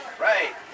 right